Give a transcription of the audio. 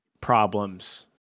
problems